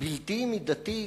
בלתי מידתית,